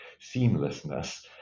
seamlessness